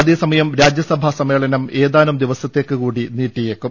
അതേസമയം രാജ്യസഭാ സമ്മേളനം ഏതാനും ദിവസത്തേക്ക് കൂടി നീട്ടിയേക്കും